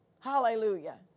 Hallelujah